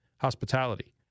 hospitality